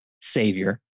savior